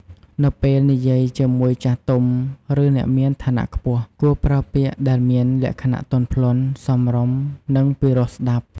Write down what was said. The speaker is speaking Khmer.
នៅពេលនិយាយជាមួយចាស់ទុំ ឬអ្នកមានឋានៈខ្ពស់ គួរប្រើពាក្យដែលមានលក្ខណៈ ទន់ភ្លន់ សមរម្យ និងពីរោះស្ដាប់។